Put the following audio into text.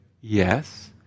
yes